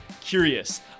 curious